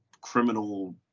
criminal